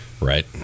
Right